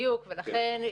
ולכן,